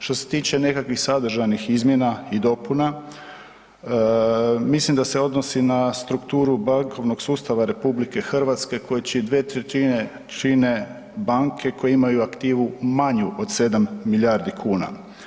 Što se tiče nekakvih sadržajnih izmjena i dopuna, mislim da se odnosi na strukturu bankovnog sustava RH koji 2/3 čine banke koje imaju aktivu manju od 7 milijardi kuna.